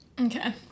okay